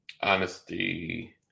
Honesty